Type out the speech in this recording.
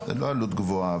זו לא עלות גבוהה.